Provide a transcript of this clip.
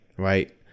right